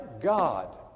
God